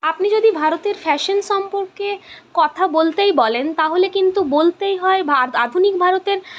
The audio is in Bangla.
আপনি যদি ভারতের ফ্যাশন সম্পর্কে কথা বলতেই বলেন তাহলে কিন্তু বলতেই হয় ভা আধুনিক ভারতের